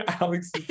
Alex